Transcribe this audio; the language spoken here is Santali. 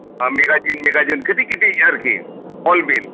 ᱢᱮᱜᱟᱡᱤᱱ ᱴᱮᱜᱟᱡᱤᱱ ᱠᱟᱹᱴᱤᱡ ᱠᱟᱹᱴᱤᱡ ᱟᱨᱠᱤ ᱚᱞᱵᱤᱞ